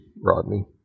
Rodney